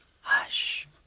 hush